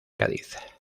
cádiz